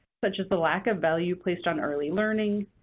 such as the lack of value placed on early learning,